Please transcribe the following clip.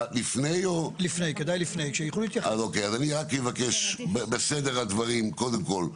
אז אני רק אבקש בסדר הדברים, קודם כול,